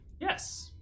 Yes